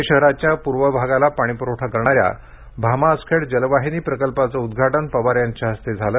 पुणे शहराच्या पूर्व भागाला पाणीपुरवठा करणाऱ्या भामा आसखेड जलवाहिनी प्रकल्पाचं उद्घाटन पवार यांच्या हस्ते झालं